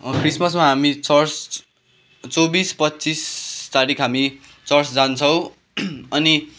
क्रिसमसमा हामी चर्च चौबिस पच्चिस तारिख हामी चर्च जान्छौँ अनि